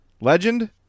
Legend